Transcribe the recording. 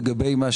לגבי הנושא